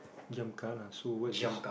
giam gana so what is this